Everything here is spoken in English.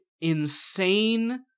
insane